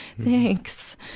thanks